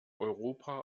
europa